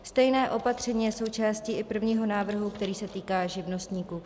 Stejné opatření je součástí i prvního návrhu, který se týká živnostníků.